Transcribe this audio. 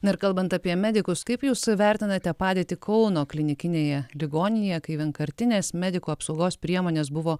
na ir kalbant apie medikus kaip jūs vertinate padėtį kauno klinikinėje ligoninėje kai vienkartinės medikų apsaugos priemonės buvo